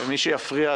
מי שיפריע,